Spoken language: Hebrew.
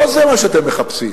לא זה מה שאתם מחפשים.